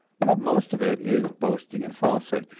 but most of it is boasting and falsehood,